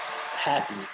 happy